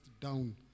down